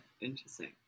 interesting